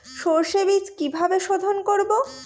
সর্ষে বিজ কিভাবে সোধোন করব?